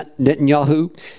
Netanyahu